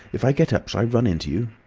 if i get up shall i run into you?